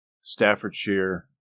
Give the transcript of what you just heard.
Staffordshire